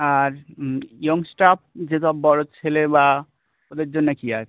আর young staff যেসব বড়ো ছেলে বা ওদের জন্যে কী আছে